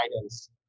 guidance